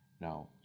Now